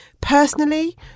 Personally